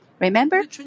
Remember